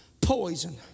Poison